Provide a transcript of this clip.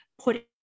put